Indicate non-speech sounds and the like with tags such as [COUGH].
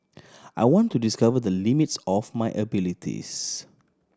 [NOISE] I want to discover the limits of my abilities